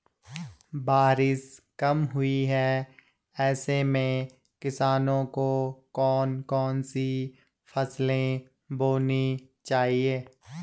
बारिश कम हुई है ऐसे में किसानों को कौन कौन सी फसलें बोनी चाहिए?